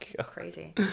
Crazy